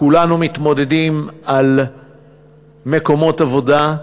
כולנו מתמודדים על מקומות עבודה,